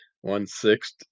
one-sixth